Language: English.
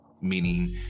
Meaning